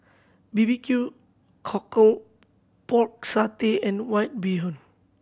B B Q Cockle Pork Satay and White Bee Hoon